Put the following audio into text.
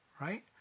right